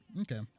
okay